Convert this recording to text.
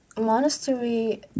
monastery